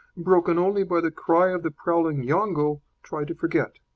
broken only by the cry of the prowling yongo, try to forget.